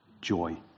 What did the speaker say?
joy